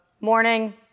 morning